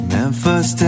Memphis